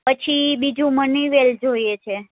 પછી બીજું મની વેલ જોઈએ છે